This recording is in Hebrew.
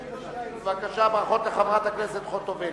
בבקשה, ברכות לחברת הכנסת חוטובלי.